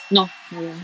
no never